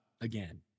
again